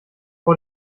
vor